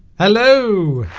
hello